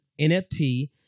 NFT